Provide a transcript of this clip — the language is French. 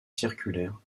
circulaire